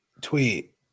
tweet